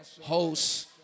hosts